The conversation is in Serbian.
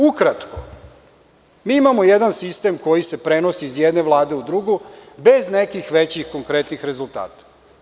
Ukratko, mi imamo jedan sistem koji se prenosi iz jedne vlade u drugu bez nekih većih konkretnih rezultata.